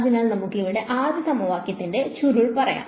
അതിനാൽ നമുക്ക് ഇവിടെ ആദ്യ സമവാക്യത്തിന്റെ ചുരുളൻ പറയാം